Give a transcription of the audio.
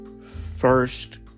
first